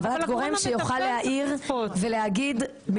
אבל את גורם שיוכל להעיר ולהגיד מבחינת הפיקוח